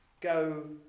go